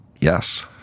Yes